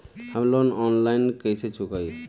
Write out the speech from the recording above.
हम loan online कइसे चुकाई?